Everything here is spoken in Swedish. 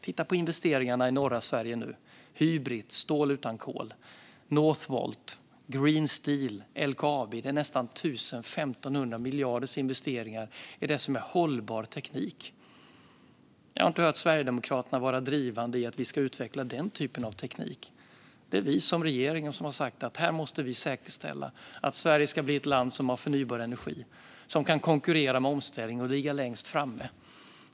Titta på investeringarna i norra Sverige - Hybrit, stål utan kol, Northvolt, Green Steel och LKAB! Det är nästan 1 000-1 500 miljarder i investeringar i hållbar teknik. Jag har inte hört Sverigedemokraterna vara drivande i att vi ska utveckla den typen av teknik. Det är vi som regering som har sagt att vi måste säkerställa att Sverige blir ett land som har förnybar energi och som kan konkurrera med omställning och ligga längst framme.